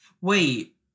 Wait